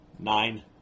Nine